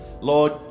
Lord